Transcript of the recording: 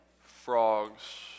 Frogs